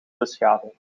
beschaving